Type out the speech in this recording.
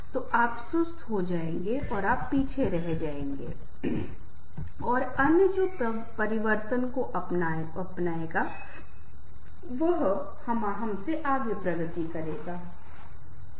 जिस तरह के दोस्त हमारे जीवन में होते हैं जो हमारे दृष्टिकोण हमारे व्यवहार जीवन की मूल्य प्रणाली को प्रभावित कर सकते हैं